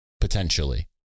potentially